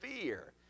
fear